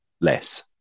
less